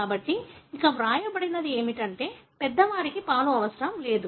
కాబట్టి ఇక్కడ వ్రాయబడినది ఏమిటంటే పెద్దవారికి పాలు అవసరం లేదు